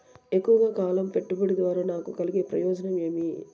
ఎక్కువగా కాలం పెట్టుబడి ద్వారా నాకు కలిగే ప్రయోజనం ఏమి?